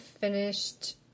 finished